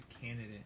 candidate